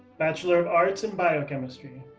bachelor of arts in biochemistry.